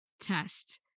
test